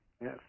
Yes